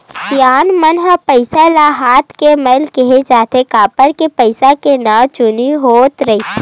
सियान मन ह पइसा ल हाथ के मइल केहें जाथे, काबर के पइसा के नवा जुनी होवत रहिथे